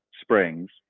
springs